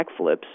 backflips